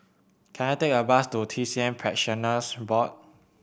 can I take a bus to T C M Practitioners Board